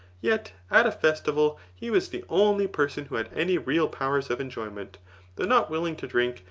yet at a festival he was the only person who had any real powers of enjoyment though not willing to drink,